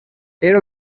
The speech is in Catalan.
era